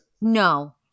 No